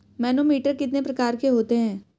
Manometer कितने प्रकार के होते हैं?